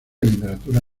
literatura